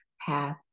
path